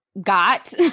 got